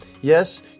Yes